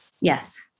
Yes